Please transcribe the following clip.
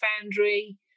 Foundry